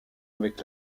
avec